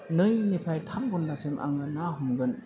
नै निफ्राय थाम घन्टासिम आङो ना हमगोन